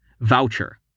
Voucher